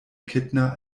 kittner